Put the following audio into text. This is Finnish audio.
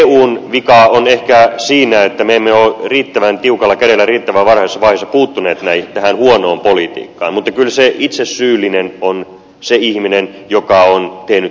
eun vika on ehkä siinä että me emme ole riittävän tiukalla kädellä riittävän varhaisessa vaiheessa puuttuneet tähän huonoon politiikkaan mutta kyllä se itse syyllinen on se ihminen joka on tehnyt huonoa politiikkaa